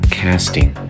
casting